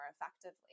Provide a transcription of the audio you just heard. effectively